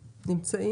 המשפטים?